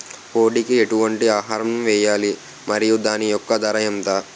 కోడి కి ఎటువంటి ఆహారం వేయాలి? మరియు దాని యెక్క ధర ఎంత?